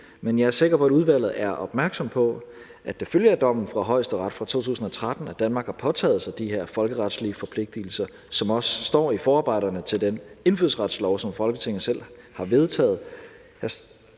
men jeg er sikker på, at udvalget er opmærksom på, at det følger af dommen fra Højesteret fra 2013, at Danmark har påtaget sig de her folkeretslige forpligtelser, som også står i forarbejderne til den indfødsretslov, som Folketinget selv har vedtaget,